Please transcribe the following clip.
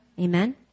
amen